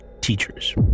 teachers